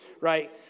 right